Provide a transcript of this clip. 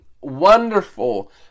wonderful